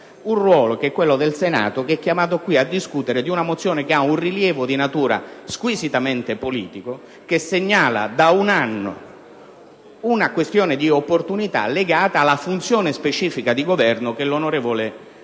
un ruolo, che è quello del Senato, che è chiamato qui a discutere di una mozione che ha un rilievo di natura squisitamente politica e che da un anno segnala una questione di opportunità legata alla funzione specifica di Governo che l'onorevole